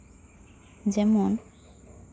ᱡᱮᱢᱚᱱ